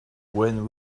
when